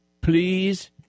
please